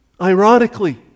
Ironically